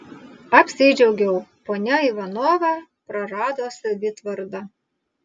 apsidžiaugiau ponia ivanova prarado savitvardą